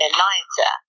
Eliza